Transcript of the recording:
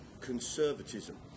conservatism